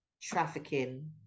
trafficking